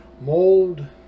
mold